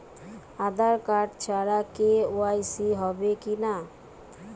আধার card ছাড়া KYC হবে কিনা?